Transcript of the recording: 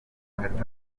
katawuti